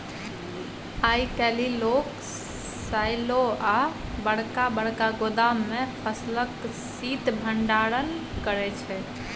आइ काल्हि लोक साइलो आ बरका बरका गोदाम मे फसलक शीत भंडारण करै छै